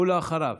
ואחריו,